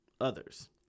others